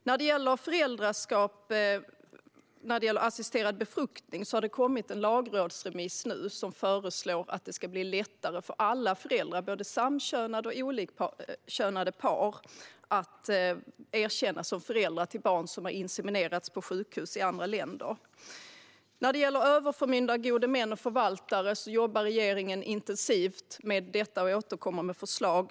När det gäller föräldraskap vid assisterad befruktning har det nu kommit en lagrådsremiss som föreslår att det ska bli lättare för alla föräldrar i både samkönade och olikkönade par att erkännas som föräldrar till barn som fötts efter insemination på sjukhus i andra länder. När det gäller överförmyndare, gode män och förvaltare jobbar regeringen intensivt med detta och återkommer med förslag.